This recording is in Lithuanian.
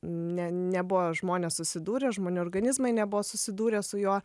ne nebuvo žmonės susidūrę žmonių organizmai nebuvo susidūrę su juo